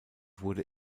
wurde